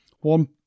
One